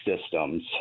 systems